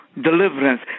deliverance